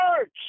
church